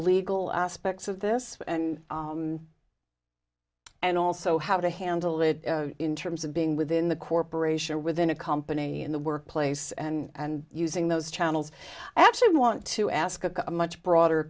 legal aspects of this and and also how to handle it in terms of being within the corporation or within a company in the workplace and using those channels i actually want to ask a much broader